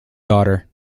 daughter